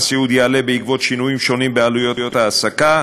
הסיעוד יעלה בעקבות שינויים שונים בעלויות ההעסקה,